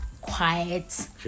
quiet